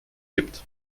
gibt